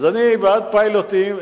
אני בעד פיילוטים.